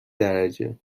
درجه